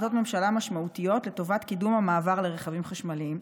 כמה החלטות ממשלה משמעותיות לטובת קידום המעבר לרכבים חשמליים,